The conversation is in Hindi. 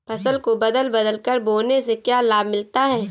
फसल को बदल बदल कर बोने से क्या लाभ मिलता है?